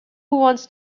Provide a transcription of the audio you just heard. wants